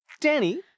Danny